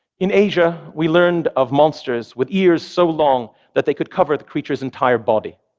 in asia, we learned of monsters with ears so long that they could cover the creature's entire body.